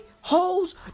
Hoes